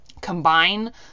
combine